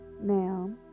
Now